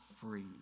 free